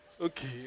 okay